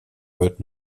wird